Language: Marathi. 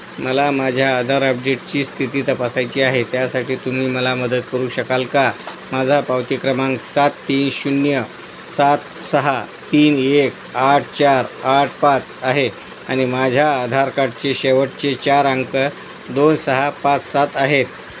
मला माझ्या आधार अपडेटची स्थिती तपासायची आहे त्यासाठी तुम्ही मला मदत करू शकाल का माझा पावती क्रमांक सात तीन शून्य सात सहा तीन एक आठ चार आठ पाच आहे आणि माझ्या आधार कार्डचे शेवटचे चार अंक दोन सहा पाच सात आहेत